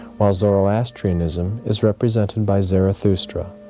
while zoroastrianism is represented by zarathustra,